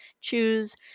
choose